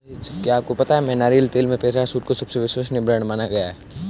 क्या आपको पता है नारियल तेल में पैराशूट को सबसे विश्वसनीय ब्रांड माना गया है?